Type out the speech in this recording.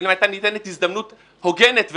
אבל אם הייתה ניתנת הזדמנות הוגנת וראויה,